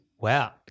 Wow